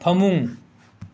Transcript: ꯐꯃꯨꯡ